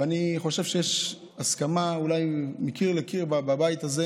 ואני חושב שיש הסכמה אולי מקיר לקיר בבית הזה,